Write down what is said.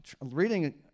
reading